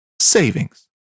savings